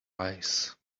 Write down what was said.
twice